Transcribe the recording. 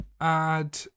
add